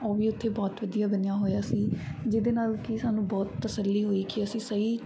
ਉਹ ਵੀ ਉੱਥੇ ਬਹੁਤ ਵਧੀਆ ਬਣਿਆ ਹੋਇਆ ਸੀ ਜਿਹਦੇ ਨਾਲ ਕਿ ਸਾਨੂੰ ਬਹੁਤ ਤਸੱਲੀ ਹੋਈ ਕਿ ਅਸੀਂ ਸਹੀ